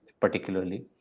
particularly